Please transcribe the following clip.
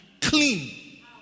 clean